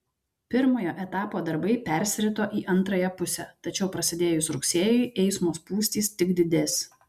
pirmojo etapo darbai persirito į antrąją pusę tačiau prasidėjus rugsėjui eismo spūstys tik didės